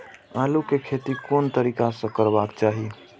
आलु के खेती कोन तरीका से करबाक चाही?